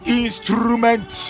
instrument